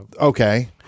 Okay